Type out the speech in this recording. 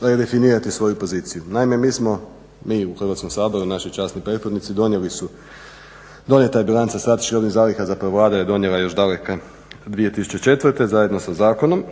redefinirati svoju poziciju. Naime, mi smo, mi u Hrvatskom saboru, naši časni prethodnici donijeli su, donijeta je bilanca strateških robnih zaliha, zapravo Vlada je donijela još daleke 2004. zajedno sa zakonom.